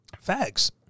Facts